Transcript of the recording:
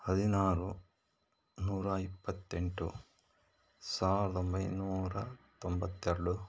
ಹದಿನಾರು ನೂರ ಇಪ್ಪತ್ತೆಂಟು ಸಾವಿರ್ದ ಒಂಬೈನೂರ ತೊಂಬತ್ತೆರಡು